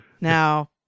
now